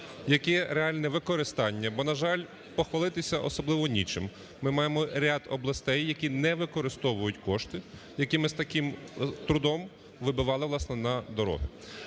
яке реально використання. Бо, на жаль, похвалитися особливо нічим, ми маємо ряд областей, які не використовують кошти, які ми з таким трудом вибивали, власне, на дороги.